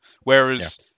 whereas